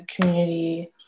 community